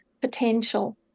potential